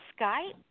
Skype